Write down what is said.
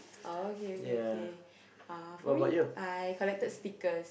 oh okay okay for me I collected stickers